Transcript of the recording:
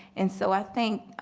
and so i think,